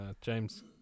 James